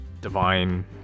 divine